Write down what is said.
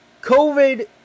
COVID